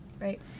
Right